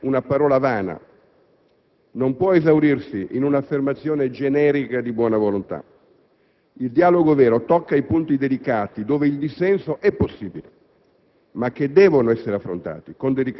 Il dialogo, infatti, non può essere una parola vana, non può esaurirsi in un'affermazione generica di buona volontà. Il dialogo vero tocca i punti delicati, dove il dissenso è possibile,